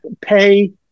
pay